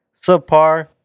subpar